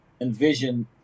envision